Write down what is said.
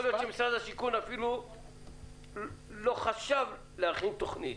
יכול להיות שמשרד השיכון אפילו לא חשב להכין תוכנית.